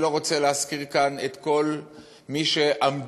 אני לא רוצה להזכיר כאן את כל מי שעמדו